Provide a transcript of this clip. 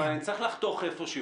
אבל אני צריך לחתוך איפשהו.